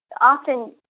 often